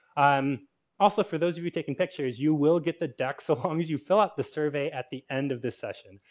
um also for those of you taking pictures. you will get the deck so long as you fill out the survey at the end of this session,